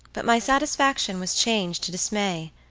but my satisfaction was changed to dismay,